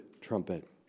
trumpet